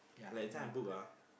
like that time I book ah